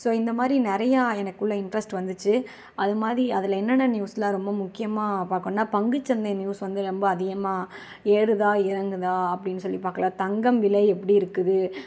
so இந்தமாதிரி நிறையா எனக்குள்ள இண்ட்ரஸ்ட் வந்துச்சு அதுமாதிரி அதில் என்னென்ன நியூஸ்லாம் ரொம்ப முக்கியமாக பார்க்கோனா பங்குச்சந்தை நியூஸ் வந்து ரொம்ப அதிகமாக ஏறுதா இறங்குதா அப்படின்னு சொல்லி பார்க்கலாம் தங்கம் விலை எப்படி இருக்குது